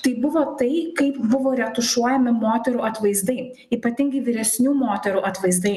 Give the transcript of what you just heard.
tai buvo tai kaip buvo retušuojami moterų atvaizdai ypatingai vyresnių moterų atvaizdai